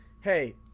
hey